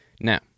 Now